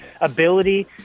ability